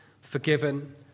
forgiven